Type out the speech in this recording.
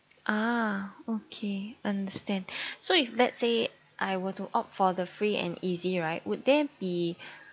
ah okay understand so if let's say I were to opt for the free and easy right would there be